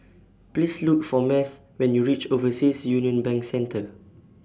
Please Look For Math when YOU REACH Overseas Union Bank Centre